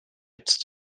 its